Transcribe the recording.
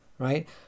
Right